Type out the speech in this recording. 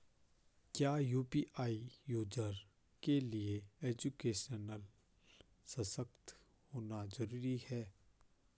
क्या UPI user के लिए एजुकेशनल सशक्त होना जरूरी है?